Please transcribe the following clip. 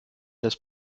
das